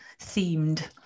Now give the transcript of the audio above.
themed